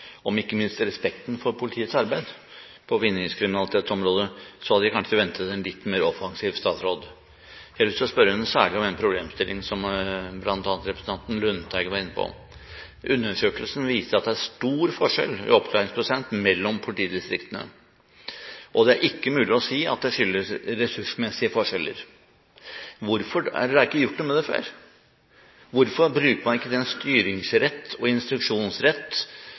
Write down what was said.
om ikke minst respekten for politiets arbeid på vinningskriminalitetsområdet, hadde jeg kanskje ventet en litt mer offensiv statsråd. Jeg har lyst til å spørre henne særlig om en problemstilling som bl.a. representanten Lundteigen var inne på. Undersøkelsen viser at det er stor forskjell i oppklaringsprosent mellom politidistriktene, og det er ikke mulig å si at det skyldes ressursmessige forskjeller. Hvorfor er det ikke gjort noe med det før? Hvorfor bruker man ikke den styringsrett og instruksjonsrett